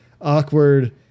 awkward